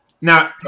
now